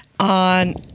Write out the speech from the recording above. On